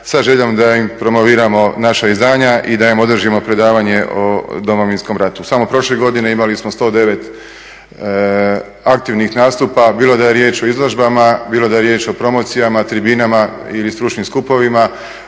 sa željom da im promoviramo naša izdanja i da im održimo predavanje o Domovinskom ratu. Samo prošle godine imali smo 109 aktivnih nastupa bilo da je riječ o izložbama, bilo da je riječ o promocijama, tribinama ili stručnim skupovima